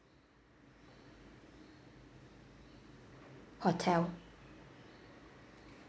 hotel